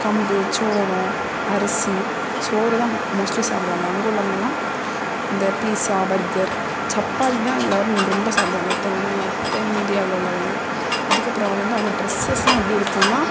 கம்பு சோளம் அரிசி சோறு தான் மோஸ்ட்லி சாப்பிடுவாங்க அங்கே உள்ளவர்கெல்லாம் இந்த பீசா பர்கர் சப்பாத்தி தான் எல்லோரும் ரொம்ப சாப்பிடுவாங்க தென் தென்னிந்தியாவில் உள்ளவங்க அதுக்கு அப்புறம் அவங்க வந்து அவங்க ட்ரெஸ்ஸெஸ்லாம் எப்படி இருக்கும்ன்னா